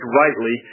rightly